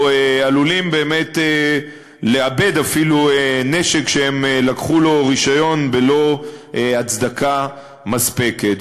או עלולים באמת לאבד אפילו נשק שהם לקחו לו רישיון בלא הצדקה מספקת.